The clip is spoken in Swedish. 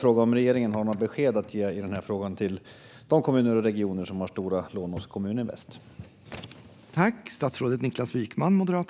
Har regeringen något besked att ge i denna fråga till de kommuner och regioner som har stora lån hos Kommuninvest?